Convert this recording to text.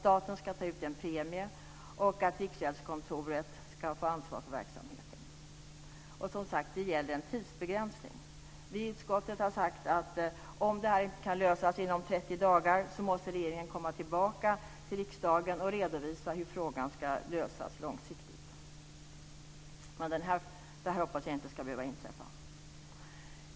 Staten ska ta ut en premie, och Riksgäldskontoret ska få ansvaret för verksamheten. En tidsbegränsning gäller. Vi i utskottet har sagt att om detta inte kan lösas inom 30 dagar måste regeringen komma tillbaka till riksdagen och redovisa hur frågan ska lösas långsiktigt. Jag hoppas att det inte ska behöva inträffa.